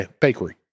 Bakery